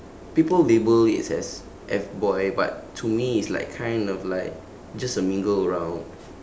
people label it as F boy but to me it's like kind of like just a mingle around